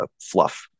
fluff